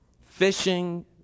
Fishing